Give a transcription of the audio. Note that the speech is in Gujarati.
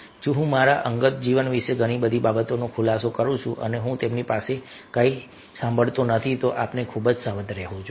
જો હું મારા અંગત જીવન વિશે ઘણી બધી બાબતોનો ખુલાસો કરું છું અને હું તેમની પાસેથી કંઈ સાંભળતો નથી તો આપણે ખૂબ જ સાવધ રહેવું જોઈએ